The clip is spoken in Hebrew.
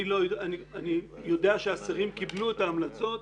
אני יודע שהשרים קיבלו את ההמלצות,